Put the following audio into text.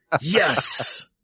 Yes